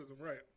right